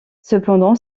cependant